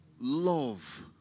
love